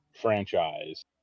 franchise